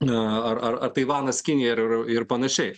na ar ar ar taivanas kinija ir ir panašiai